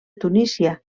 tunísia